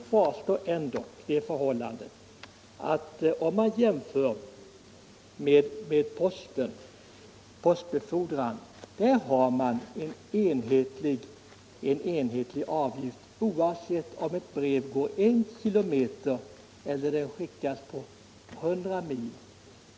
Kvar står ändå det förhållandet att man för postbefordran har enhetliga avgifter, som är lika stora oavsett om ett brev går I km eller om det skickas 100 mil.